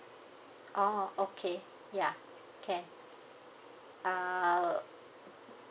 oh okay ya can uh